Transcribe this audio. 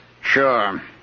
Sure